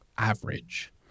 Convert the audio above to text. average